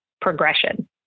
progression